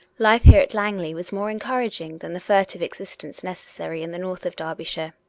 life here at langley was more encouraging than the fur tive existence necessary in the north of derbyshire.